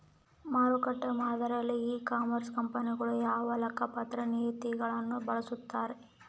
ಮಾರುಕಟ್ಟೆ ಮಾದರಿಯಲ್ಲಿ e commerce ಕಂಪನಿಗಳು ಯಾವ ಲೆಕ್ಕಪತ್ರ ನೇತಿಗಳನ್ನು ಬಳಸುತ್ತಾರೆ?